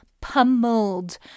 pummeled